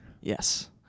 Yes